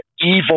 evil